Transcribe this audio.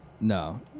No